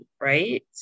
right